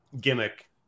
gimmick